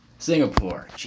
Singapore